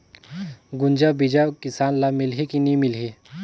गुनजा बिजा किसान ल मिलही की नी मिलही?